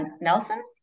nelson